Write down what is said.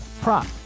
prop